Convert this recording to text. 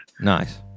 Nice